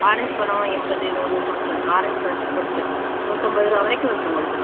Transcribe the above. orange பழம் எண்பது நூறு சம்திங் ஆரஞ்சு பழத்தை பொறுத்து நூத்தம்பது ரூபா வரைக்கும் இருக்குது உங்களுக்கு